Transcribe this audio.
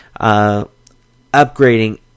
upgrading